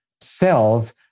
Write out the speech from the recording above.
cells